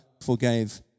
forgave